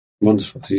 Wonderful